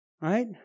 Right